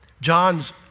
John's